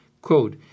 Quote